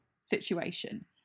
situation